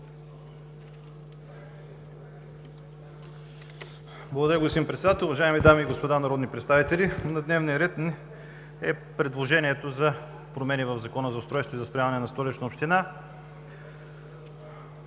Благодаря, господин Председател. Уважаеми дами и господа народни представители, на дневен ред е предложението за промени в Закона за устройството и застрояването на Столична община.